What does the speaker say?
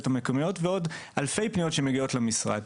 המקומיות ועוד אלפי פניות שמגיעות למשרד.